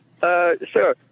Sir